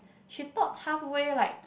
she taught halfway like